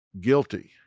guilty